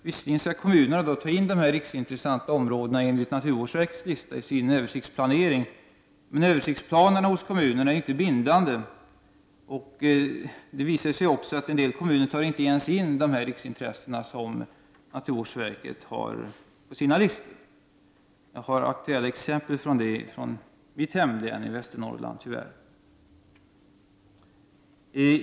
Visserligen skall kommunerna ta in de enligt naturvårdsverkets lista riksintressanta områdena i sina översiktsplaner, men översiktsplanerna hos kommunerna är inte bindande, och det visar sig också att en del kommuner inte ens tar in de riksintressen som naturvårdsverket har på sina listor. Jag har tyvärr aktuella exempel på detta från mitt hemlän, Västernorrlands län.